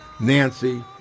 Nancy